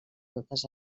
totes